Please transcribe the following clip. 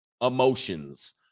emotions